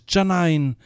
Janine